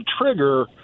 trigger